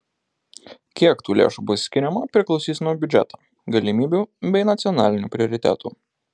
kiek tų lėšų bus skiriama priklausys nuo biudžeto galimybių bei nacionalinių prioritetų